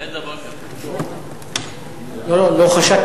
אדוני היושב-ראש,